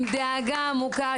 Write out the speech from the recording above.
עם דאגה עמוקה,